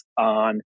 on